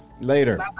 Later